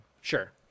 sure